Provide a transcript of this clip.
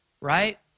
right